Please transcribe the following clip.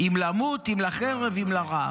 אם למות אם לרעב".